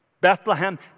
Bethlehem